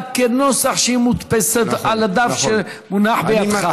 בנוסח שהיא מודפסת על הדף שמונח בידך.